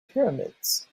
pyramids